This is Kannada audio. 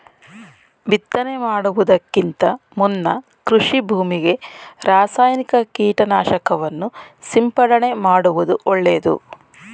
ಬಿತ್ತನೆ ಮಾಡುವುದಕ್ಕಿಂತ ಮುನ್ನ ಕೃಷಿ ಭೂಮಿಗೆ ರಾಸಾಯನಿಕ ಕೀಟನಾಶಕವನ್ನು ಸಿಂಪಡಣೆ ಮಾಡುವುದು ಒಳ್ಳೆದು